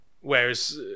Whereas